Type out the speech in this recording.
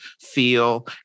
feel